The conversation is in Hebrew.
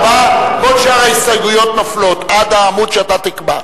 154. כל שאר ההסתייגויות נופלות עד העמוד שאתה תקבע.